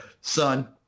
son